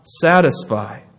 satisfy